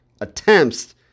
attempts